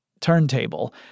turntable